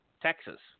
texas